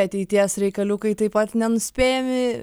ateities reikaliukai taip pat nenuspėjami